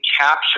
capture